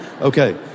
Okay